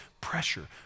Pressure